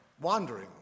wandering